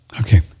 Okay